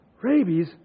Rabies